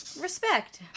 Respect